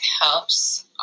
helps